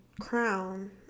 crown